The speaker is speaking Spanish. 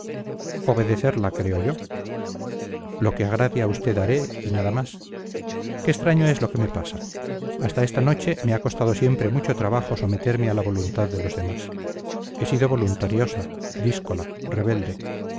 hacer obedecerla creo yo lo que agrade a usted haré y nada más qué extraño es lo que me pasa hasta esta noche me ha costado siempre mucho trabajo someterme a la voluntad de los demás he sido voluntariosa díscola rebelde